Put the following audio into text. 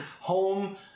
home